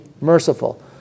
merciful